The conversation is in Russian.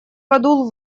подул